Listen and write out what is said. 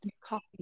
coffee